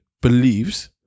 believes